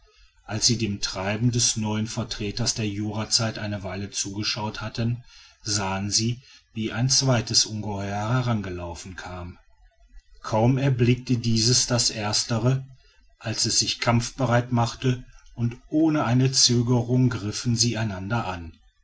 als sie dem treiben dieses neuen vertreters der jurazeit eine weile zugeschaut hatten sahen sie wie ein zweites ungeheuer herangelaufen kam kaum erblickte dieses das erstere als es sich kampfbereit machte und ohne eine zögerung griffen sie einander an